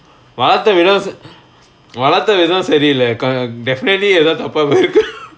வளர்த்த விதோ வளர்த்த விதோ சரில்ல:valartha vidho valartha vidho sarilla definitely தப்பா போயிருக்கு:thappa poyirukku